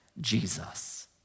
Jesus